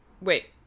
wait